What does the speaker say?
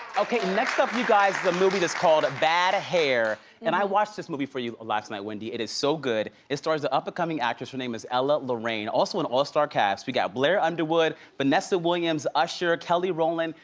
okay, and next up, you guys, the movie that's called bad hair. and i watched this movie for you last night, wendy. it is so good. it stars the up and coming actress, her name is ella lorraine. also an all-star cast. we got blair underwood, vanessa williams, usher, kelly rowland,